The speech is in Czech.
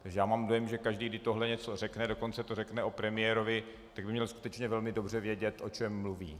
Takže já mám dojem, že každý, kdy tohle něco řekne, dokonce to řekne o premiérovi, tak by měl skutečně velmi dobře vědět, o čem mluví.